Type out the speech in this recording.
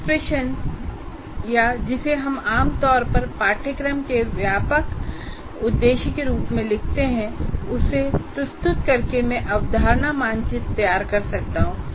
एक प्रश्न या जिसे हम आम तौर पर पाठ्यक्रम के व्यापक उद्देश्य के रूप में लिखते हैं उसे प्रस्तुत करके मैं अवधारणा मानचित्र तैयार कर सकता हूं